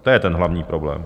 To je ten hlavní problém.